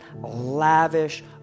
lavish